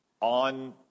on